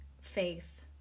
faith